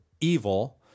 evil